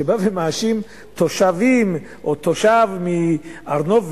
שבא ומאשים תושבים או תושב מהר-נוף,